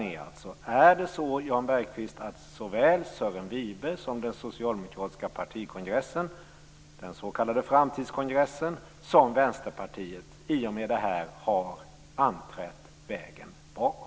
Frågan är, Jan Bergqvist, om såväl Sören Wibe som den socialdemokratiska partikongressen - den s.k. framtidskongressen - och Vänsterpartiet i och med detta har anträtt vägen bakåt.